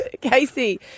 Casey